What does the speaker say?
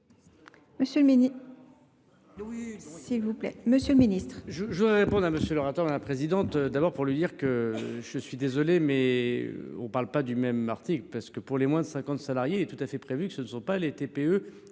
Monsieur le ministre,